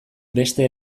beste